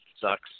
Sucks